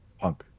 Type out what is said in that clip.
punk